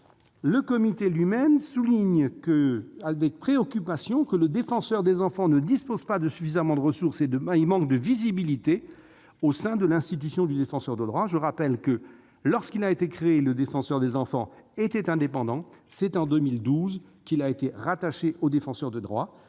le Comité note avec préoccupation que le Défenseur des enfants ne dispose pas de suffisamment de ressources et manque de visibilité au sein de l'institution du Défenseur des droits ». Je rappelle que, lorsqu'il a été créé, le Défenseur des enfants était indépendant. Ce n'est qu'en 2012 qu'il a été rattaché au Défenseur des droits.